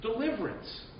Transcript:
deliverance